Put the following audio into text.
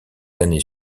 années